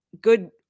good